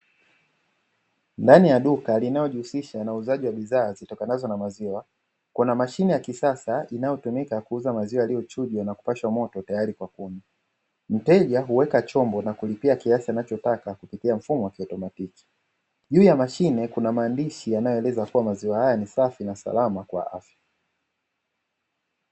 Ndani ya duka linalojihusisha na uuzaji wa bidhaa zitokanazo na maziwa kuna mashine ya kisasa inayotumika kuuza maziwa yaliyochujwa na kupashwa moto tayari kwa kunywa; mteja huweka chombo na kulipia kiasi anachotaka kupitia mfumo wa kiautomatiki, juu ya mashine kuna maandishi yanayoeleza kuwa maziwa hayo ni salama na safi kwa afya.